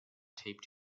taped